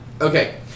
Okay